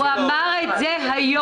הוא אמר את זה היום.